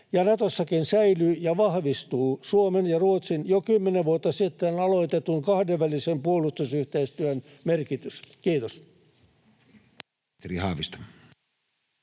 ja Natossakin säilyy ja vahvistuu Suomen ja Ruotsin jo kymmenen vuotta sitten aloitetun kahdenvälisen puolustusyhteistyön merkitys. — Kiitos.